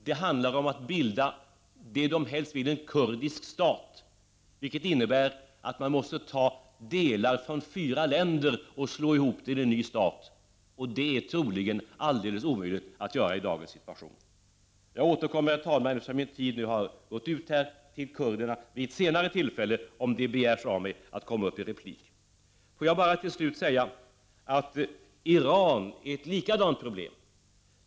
Det handlar om att bilda en kurdisk stat — vilket kurderna helst vill. Det innebär att man måste ta delar från fyra länder och slå ihop till en ny stat, och det är troligen helt omöjligt i dagens situation. Jag återkommer till kurderna vid ett senare tillfälle, om det begärs att jag skall gå upp i replik. Får jag bara till slut säga att Iran är samma problem.